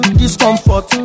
discomfort